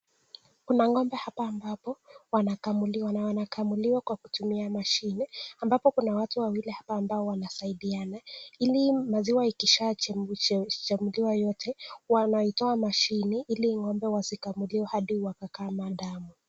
Kuna ng'ombe hapa ambapo wanakamuliwa na wanakamuliwa kwa kutumia machine ambapo kuna watu wawili hapa ambao wanasaidiana ili maziwa ikishakamuliwa yote wanaitoa mashini ili ng'ombe wasikamuliwe hadi wakakama damu.